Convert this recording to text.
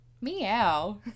Meow